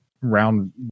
round